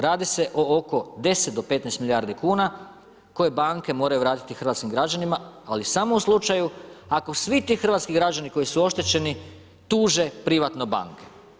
Radi se o oko 10 do 15 milijardi kuna koje banke moraju vratiti hrvatskim građanima ali samo u slučaju ako svi ti hrvatski građani koji su oštećeni tuže privatno banke.